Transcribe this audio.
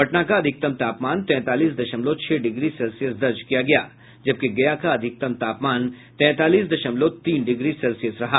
पटना का अधिकतम तापमान तैंतालीस दशमलव छह डिग्री सेल्सियस दर्ज किया गया जबकि गया का अधिकतम तापमान तैंतालीस दशमलव तीन डिग्री सेल्सियस रहा